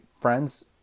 friends